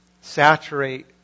saturate